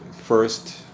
first